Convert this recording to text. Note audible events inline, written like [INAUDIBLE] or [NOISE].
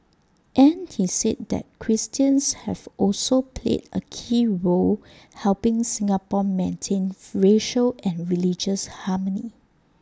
and he said that Christians have also played A key role helping Singapore maintain [NOISE] racial and religious harmony